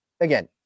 again